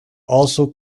also